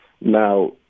Now